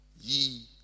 Ye